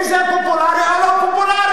אם זה פופולרי או לא פופולרי.